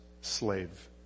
slave